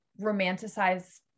romanticize